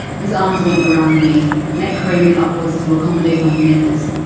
his arms went around me, neck craning upwards to accommodate my nearness,